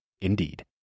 Indeed